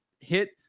hit